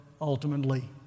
ultimately